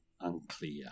unclear